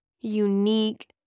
unique